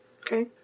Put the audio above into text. Okay